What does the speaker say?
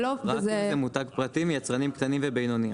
רק אם זה מותג פרטי מיצרנים קטנים ובינוניים.